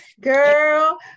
girl